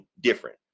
different